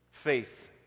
Faith